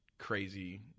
crazy